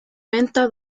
venta